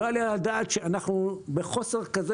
לא יעלה על הדעת שאנחנו בחוסר כזה,